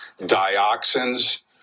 dioxins